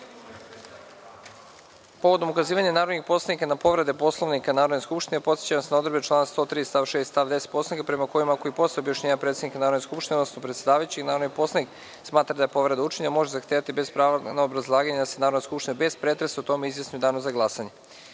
ukazivanja narodnih poslanika na povrede Poslovnika Narodne skupštine, podsećam vas na odredbe člana 103. st. 6. i 10. Poslovnika, prema kojima i ako posle objašnjenja predsednika Narodne skupštine, odnosno predsedavajućeg, narodni poslanik smatra da je povreda učinjena, može zahtevati bez prava na obrazlaganje da se Narodna skupština bez pretresa o tome izjasni u danu za glasanje. Narodni